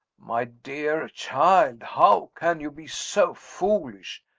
my dear child! how can you be so foolish?